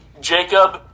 Jacob